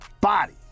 body